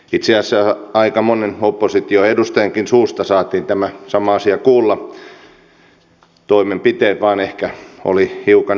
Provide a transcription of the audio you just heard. itse asiassa aika monen oppositioedustajankin suusta saatiin tämä sama asia kuulla toimenpiteet vain ehkä olivat hiukan erilaisia meillä